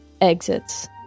exits